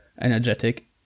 energetic